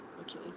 okay